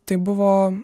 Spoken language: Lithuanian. tai buvo